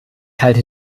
halte